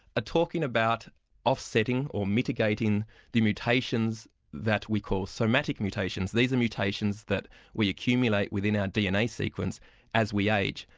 ah talking about offsetting, or mitigating the mutations that we call somatic mutations. these are mutations that we accumulate within our dna sequence as we age,